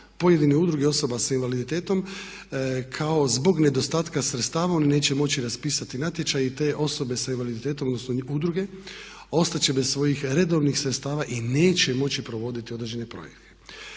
pojedine udruge osoba s invaliditetom kako zbog nedostatka sredstava on neće moći raspisati natječaj i te osobe sa invaliditetom odnosno udruge ostat će bez svojih redovnih sredstava i neće moći provoditi određene projekte.